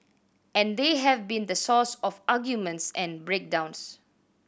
and they have been the source of arguments and break downs